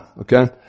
Okay